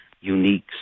unique